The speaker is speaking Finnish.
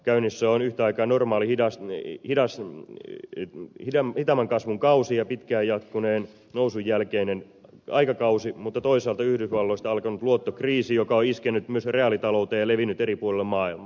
käynnissä on yhtä aikaa normaali hitaamman kasvun kausi ja pitkään jatkuneen nousun jälkeinen aikakausi mutta toisaalta yhdysvalloista alkanut luottokriisi joka on iskenyt myös reaalitalouteen ja levinnyt eri puolille maailmaa